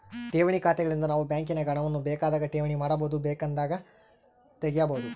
ಠೇವಣಿ ಖಾತೆಗಳಿಂದ ನಾವು ಬ್ಯಾಂಕಿನಾಗ ಹಣವನ್ನು ಬೇಕಾದಾಗ ಠೇವಣಿ ಮಾಡಬಹುದು, ಬೇಕೆಂದಾಗ ತೆಗೆಯಬಹುದು